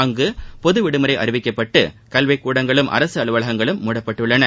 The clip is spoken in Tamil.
அங்கு பொதுவிடுமுறை அறிவிக்கப்பட்டு கல்விக்கூடங்களும் அரசு அலுவலங்களும் மூடப்பட்டுள்ளன